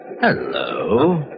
Hello